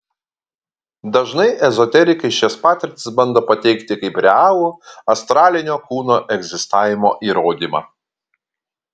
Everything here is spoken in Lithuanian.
dažnai ezoterikai šias patirtis bando pateikti kaip realų astralinio kūno egzistavimo įrodymą